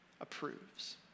approves